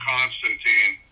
Constantine